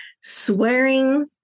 swearing